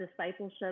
discipleship